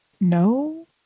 No